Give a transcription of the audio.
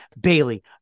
Bailey